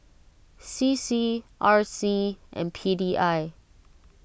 C C R C and P D I